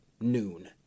noon